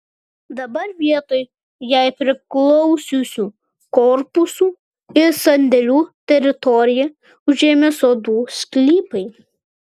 dabar vietoj jai priklausiusių korpusų ir sandėlių teritoriją užėmė sodų sklypai